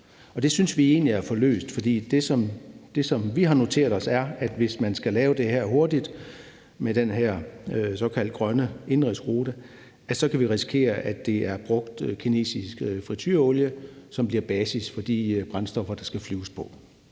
Det synes vi egentlig er for løst, for det, som vi har noteret os, er, at hvis man skal lave det her hurtigt med den her såkaldt grønne indenrigsrute, kan vi risikere, at der er brugt kinesisk fritureolie, og at det bliver basis for de brændstoffer, der skal flyves på.